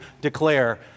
declare